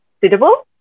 suitable